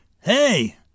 Hey